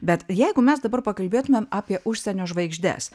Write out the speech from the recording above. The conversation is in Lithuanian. bet jeigu mes dabar pakalbėtumėm apie užsienio žvaigždes